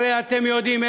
הרי אתם יודעים,